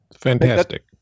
Fantastic